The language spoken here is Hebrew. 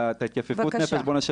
בבקשה.